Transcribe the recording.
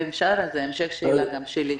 אם אפשר, אז המשך שאלה גם שלי.